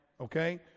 okay